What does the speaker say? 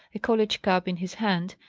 a college cap in his hand,